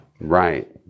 Right